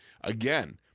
Again